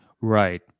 Right